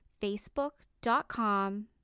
facebook.com